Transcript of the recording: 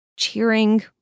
cheering